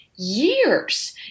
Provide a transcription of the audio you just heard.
Years